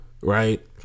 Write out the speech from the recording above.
right